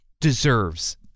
deserves